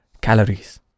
calories